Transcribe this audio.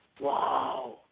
wow